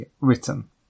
written